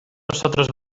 nosotros